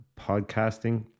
podcasting